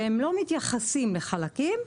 והם לא מתייחסים לחלקים,